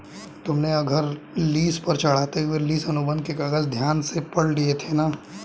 तुमने यह घर लीस पर चढ़ाते हुए लीस अनुबंध के कागज ध्यान से पढ़ लिए थे ना?